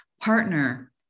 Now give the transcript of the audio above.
partner